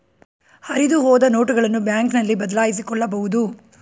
ಹರಿದುಹೋದ ನೋಟುಗಳನ್ನು ಬ್ಯಾಂಕ್ನಲ್ಲಿ ಬದಲಾಯಿಸಿಕೊಳ್ಳಬಹುದು